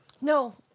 No